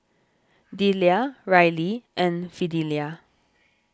Dellia Rylee and Fidelia